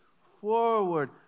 forward